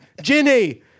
Ginny